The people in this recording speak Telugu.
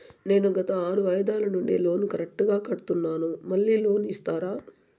నేను గత ఆరు వాయిదాల నుండి లోను కరెక్టుగా కడ్తున్నాను, మళ్ళీ లోను ఇస్తారా?